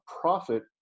profit